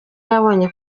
yabonye